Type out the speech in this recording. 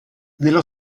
nello